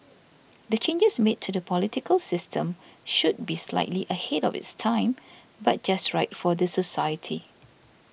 the changes made to the political system should be slightly ahead of its time but just right for the society